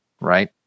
right